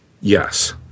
Yes